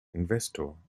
investor